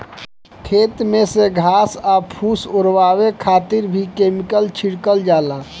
खेत में से घास आ फूस ओरवावे खातिर भी केमिकल छिड़कल जाला